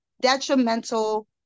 detrimental